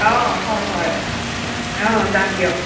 অ' হয় হয় অ' যাম দিয়ক